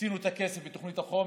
הקצו את הכסף בתוכנית החומש,